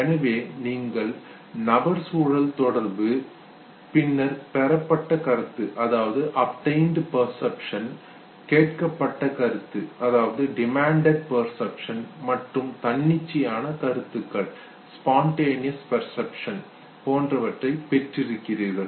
எனவே நீங்கள் நபர் சூழல் தொடர்பு பெர்சன் என்விரான்மென்ட் இன்டெராக்ஷன் பின்னர் பெறப்பட்ட கருத்து அப்டென்டு பெர்சப்ஷன் கேட்கப்பட்ட கருத்து டிமண்டடு பெர்சப்ஷன் மற்றும் தன்னிச்சையான கருத்துகளை ஸ்பான்டேனியஸ் பெர்சப்ஷன் பெற்றிருக்கிறீர்கள்